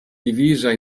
divisa